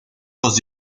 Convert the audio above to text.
los